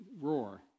roar